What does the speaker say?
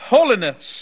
Holiness